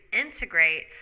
integrate